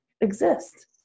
exist